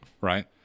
Right